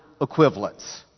equivalents